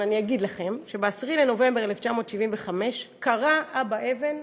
אבל אני אגיד לכם שב-10 בנובמבר 1975 קרע אבא אבן